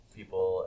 people